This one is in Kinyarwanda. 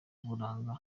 uburanga